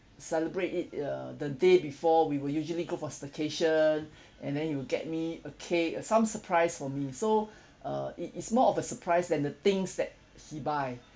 celebrate it uh the day before we will usually go for staycation and then he'll get me a cake uh some surprise for me so uh it it's more of a surprise than the things that he buy